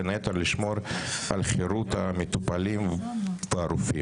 בין היתר" לשמור על חירות המטופלים והרופאים".